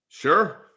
Sure